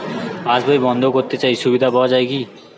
পাশ বই বন্দ করতে চাই সুবিধা পাওয়া যায় কি?